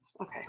Okay